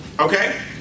Okay